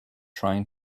trying